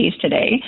today